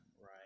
Right